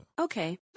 Okay